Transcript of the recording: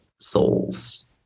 Souls